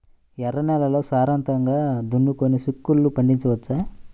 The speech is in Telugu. ఎర్ర నేలల్లో సారవంతంగా దున్నుకొని చిక్కుళ్ళు పండించవచ్చు